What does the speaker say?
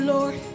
Lord